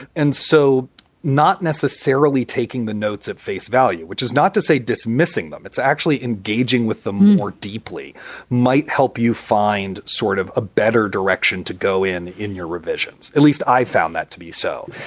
and so not necessarily taking the notes at face value, which is not to say dismissing them, it's actually engaging with them more deeply might help you find sort of a better direction to go in in your revisions. at least i found that to be so.